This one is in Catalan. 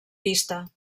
pista